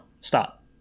Stop